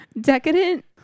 Decadent